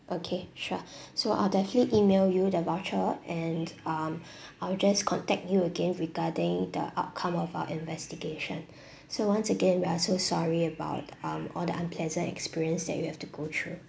okay sure so I'll definitely email you the voucher and um I will just contact you again regarding the outcome of our investigation so once again we are so sorry about um all the unpleasant experience that you have to go through